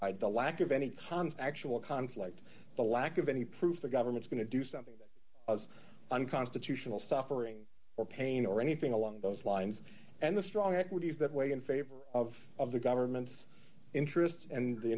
i'd the lack of any tom's actual conflict the lack of any proof the government's going to do something that was unconstitutional suffering or pain or anything along those lines and the strong equities that weigh in favor of of the government's interests and the